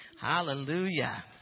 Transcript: hallelujah